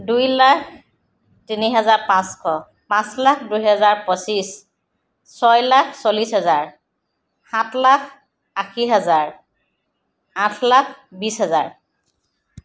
দুই লাখ তিনি হেজাৰ পাঁচশ পাঁচ লাখ দুহেজাৰ পঁচিছ ছয় লাখ চল্লিছ হেজাৰ সাত লাখ আশী হেজাৰ আঠ লাখ বিছ হেজাৰ